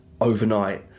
overnight